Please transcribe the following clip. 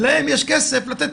להם יש כסף לתת.